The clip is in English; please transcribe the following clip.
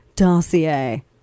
Dossier